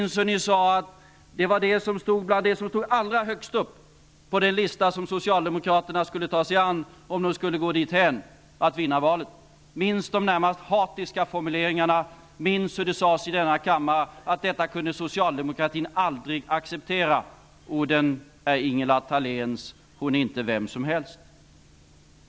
Ni sade att detta var det som stod allra högst upp på den lista som socialdemokraterna skulle ta sig an, om de skulle vinna valet. Minns de närmast hatiska formuleringarna, hur det sades i denna kammare att socialdemokratin aldrig kunde acceptera detta! Orden är Ingela Thaléns, och Ingela Thalén är inte vem som helst.